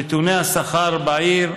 נתוני השכר בעיר,